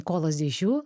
kolos dėžių